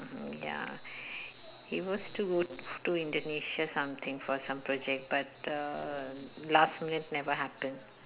um ya he was to go to Indonesia something for some project but uh last minute never happen